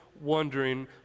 wondering